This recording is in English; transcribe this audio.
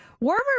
Warmer